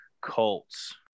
Colts